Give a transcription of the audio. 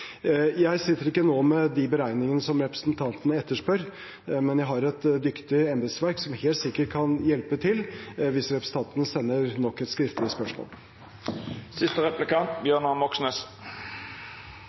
Jeg sitter ikke nå med de beregningene som representanten etterspør, men jeg har et dyktig embetsverk som helt sikkert kan hjelpe til hvis representanten sender nok et skriftlig spørsmål.